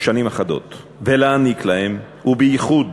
שנים אחדות ולהעניק להם, ובייחוד